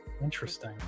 interesting